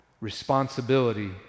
responsibility